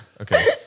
Okay